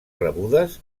rebudes